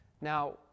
now